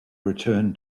return